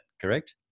correct